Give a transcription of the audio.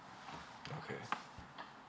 okay